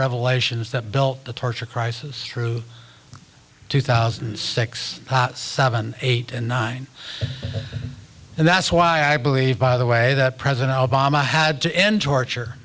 revelations that built the torture crisis through two thousand and six seven eight and nine and that's why i believe by the way that president obama had to end torture